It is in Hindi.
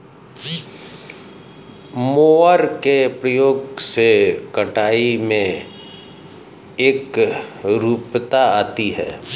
मोवर के प्रयोग से कटाई में एकरूपता आती है